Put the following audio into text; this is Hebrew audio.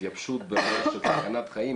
התייבשות ברמה של סכנת חיים,